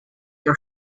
your